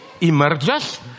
emerges